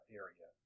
area